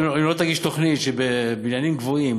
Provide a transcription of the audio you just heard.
אם לא תגיש תוכנית של בניינים גבוהים